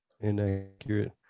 inaccurate